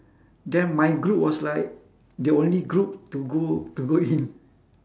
then my group was like the only group to go to go in